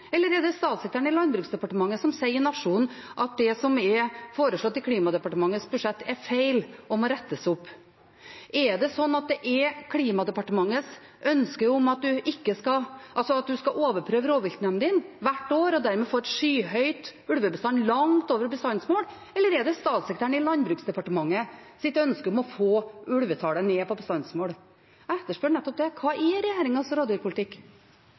eller er det den fra statssekretæren i Landbruksdepartementet, som sier til Nationen at det som er foreslått i Klimadepartementets budsjett, er feil og må rettes opp? Er det slik at det er Klimadepartementets ønske om at en skal overprøve rovviltnemndene hvert år og dermed få en skyhøy ulvebestand, langt over bestandsmålet, eller er det statssekretæren i Landbruksdepartementets ønske om å få ulvetallet ned til bestandsmålet? Jeg etterspør nettopp det: Hva er regjeringens rovdyrpolitikk?